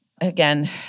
Again